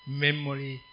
memory